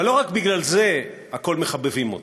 אבל לא רק בגלל זה הכול מחבבים אותו: